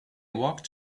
walked